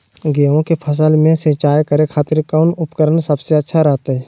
गेहूं के फसल में सिंचाई करे खातिर कौन उपकरण सबसे अच्छा रहतय?